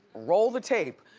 roll the tape.